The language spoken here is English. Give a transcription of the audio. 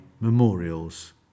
memorials